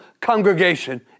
congregation